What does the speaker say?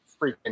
freaking